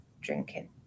drinking